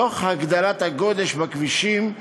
תוך הגדלת הגודש בכבישים,